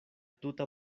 tuta